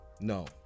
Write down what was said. No